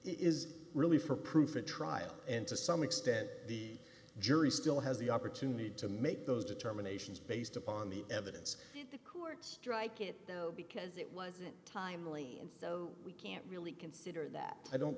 is really for proof a trial and to some extent the jury still has the opportunity to make those determinations based upon the evidence the court strike it though because it wasn't timely and so we can't really consider that i don't